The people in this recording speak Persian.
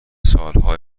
سالها